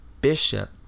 bishop